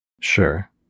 Sure